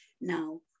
now